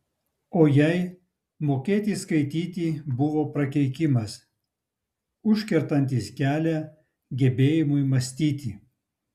o jai mokėti skaityti buvo prakeikimas užkertantis kelią gebėjimui mąstyti